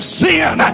sin